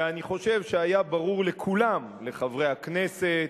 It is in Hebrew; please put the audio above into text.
ואני חושב שהיה ברור לכולם לחברי הכנסת,